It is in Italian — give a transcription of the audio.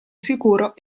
sicuro